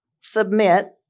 submit